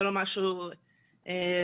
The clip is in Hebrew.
זה לא משהו מפתיע.